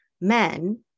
men